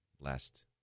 last